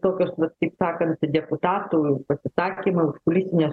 tokios va taip sakant deputatų pasisakyma politinė